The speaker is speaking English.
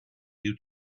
you